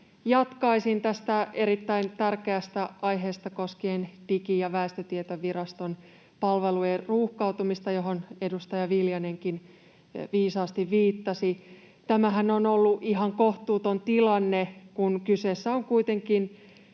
Jatkaisin tästä erittäin tärkeästä aiheesta koskien Digi‑ ja väestötietoviraston palvelujen ruuhkautumista, johon edustaja Viljanenkin viisaasti viittasi. Tämähän on ollut ihan kohtuuton tilanne, kun kyseessä kuitenkin